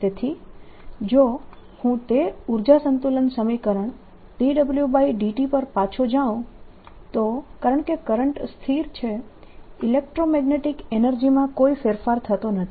તેથી જો હું તે ઉર્જા સંતુલન સમીકરણ dWdt પર પાછો જઉં તો કારણકે કરંટ સ્થિર છે ઇલેક્ટ્રોમેગ્નેટીક એનર્જીમાં કોઈ ફેરફાર થતો નથી